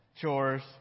Chores